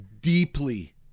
deeply